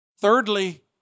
Thirdly